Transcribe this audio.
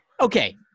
okay